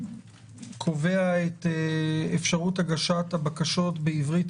קובעים את אפשרות הגשת הבקשות בעברית,